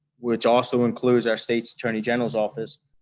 which also includes our state's attorney general's office,